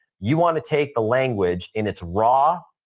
you want to take the language in its raw,